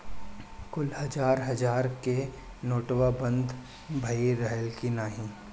कुल हजार हजार के नोट्वा बंद भए रहल की नाही